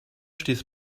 stieß